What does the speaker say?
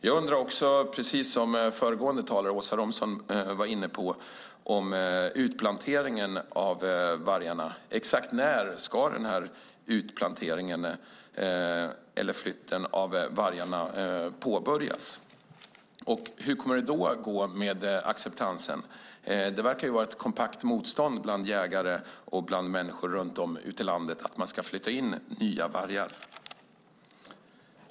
Jag undrar också - föregående talare, Åsa Romson, var inne på detta - exakt när utplanteringen, flytten, av vargarna ska påbörjas och hur det då kommer att gå med acceptansen. Det verkar finnas ett kompakt motstånd bland jägare och bland människor runt om i landet mot att flytta in nya vargar.